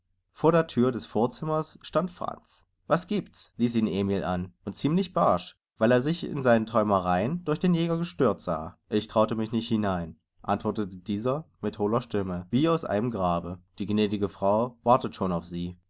vor der thür des vorzimmers stand franz was giebt's ließ ihn emil an und ziemlich barsch weil er sich in seinen träumereien durch den jäger gestört sah ich traute mich nicht hinein antwortete dieser mit hohler stimme wie aus einem grabe die gnädige frau wartet schon auf sie